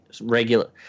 regular